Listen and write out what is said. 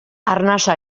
arnasa